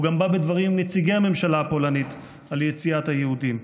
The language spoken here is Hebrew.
והוא גם בא בדברים עם נציגי הממשלה הפולנית על יציאת היהודים,